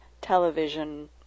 television